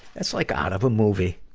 that's like out of a movie.